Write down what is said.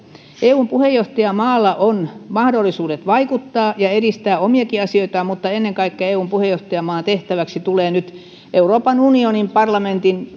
eun puheenjohtajamaalla on mahdollisuudet vaikuttaa ja edistää omiakin asioitaan mutta ennen kaikkea eun puheenjohtajamaan tehtäväksi tulee nyt euroopan unionin parlamentin